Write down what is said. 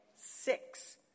six